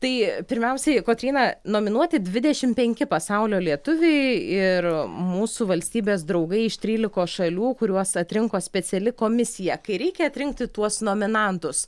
tai pirmiausiai kotryna nominuoti dvidešim penki pasaulio lietuviai ir mūsų valstybės draugai iš trylikos šalių kuriuos atrinko speciali komisija kai reikia atrinkti tuos nominantus